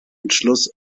entschluss